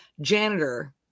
janitor